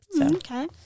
Okay